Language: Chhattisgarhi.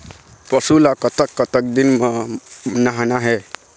पशु ला कतक कतक दिन म नहाना हे?